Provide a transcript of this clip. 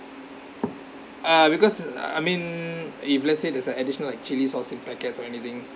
uh because I mean if let's say there's a additional like chilli sauce in packets or anything